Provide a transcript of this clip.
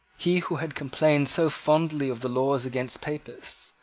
he, who had complained so fondly of the laws against papists,